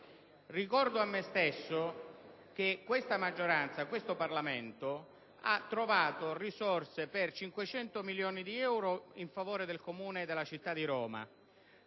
Ricordo a me stesso che questa maggioranza e questo Parlamento hanno trovato risorse per 500 milioni di euro in favore del Comune di Roma,